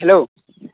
hello